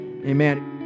Amen